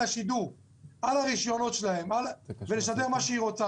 השידור על הרישיונות שלהם ולשדר מה שהיא רוצה,